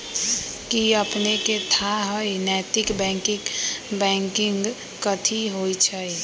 कि अपनेकेँ थाह हय नैतिक बैंकिंग कथि होइ छइ?